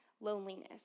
loneliness